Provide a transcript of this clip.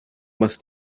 más